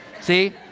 See